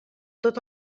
tot